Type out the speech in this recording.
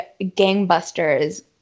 gangbusters